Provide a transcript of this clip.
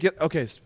Okay